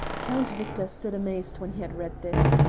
count victor stood amazed when he had read this.